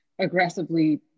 aggressively